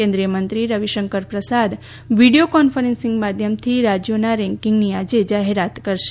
કેન્દ્રીય મંત્રી Ravi Shankar Prasad video conferencing માધ્યમથી રાજ્યોના રેન્કિંગની આજે જાહેરાત કરશે